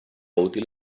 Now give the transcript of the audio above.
útil